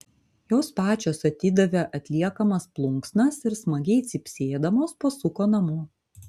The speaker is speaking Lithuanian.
jos pačios atidavė atliekamas plunksnas ir smagiai cypsėdamos pasuko namo